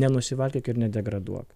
nenusivalkiok ir nedegraduok